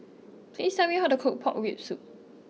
please tell me how to cook Pork Rib Soup